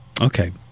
Okay